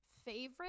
favorite